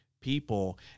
people